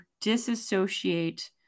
disassociate